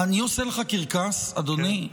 אני עושה לך קרקס, אדוני?